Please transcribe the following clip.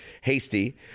hasty